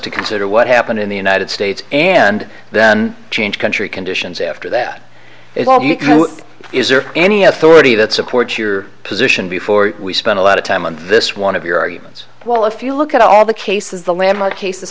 to consider what happened in the united states and then change country conditions after that is all you can do is there any authority that supports your position before we spend a lot of time on this one of your arguments well if you look at all the cases the landmark cases